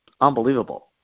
unbelievable